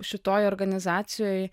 šitoj organizacijoj